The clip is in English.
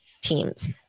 teams